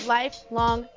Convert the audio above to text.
lifelong